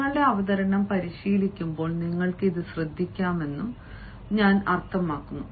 നിങ്ങളുടെ അവതരണം പരിശീലിക്കുമ്പോൾ നിങ്ങൾക്ക് ഇത് ശ്രദ്ധിക്കാമെന്നും ഞാൻ അർത്ഥമാക്കുന്നു